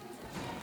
היושב-ראש,